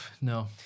no